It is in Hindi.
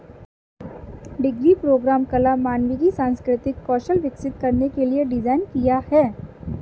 डिग्री प्रोग्राम कला, मानविकी, सांस्कृतिक कौशल विकसित करने के लिए डिज़ाइन किया है